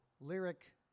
lyric